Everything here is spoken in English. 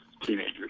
teenagers